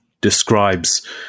describes